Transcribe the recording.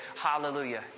Hallelujah